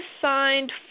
signed